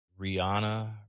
Rihanna